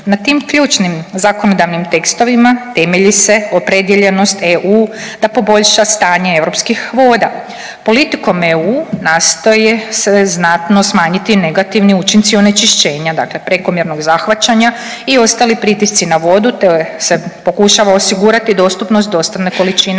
Na tim ključnim zakonodavnim tekstovima temelji se opredijeljenost EU da poboljša stanje europskih voda. Politikom EU nastoje se znatno smanjiti negativni učinci onečišćenja, dakle prekomjernog zahvaćanja i ostali pritisci na vodu, te se pokušava osigurati dostupnost dostatne količine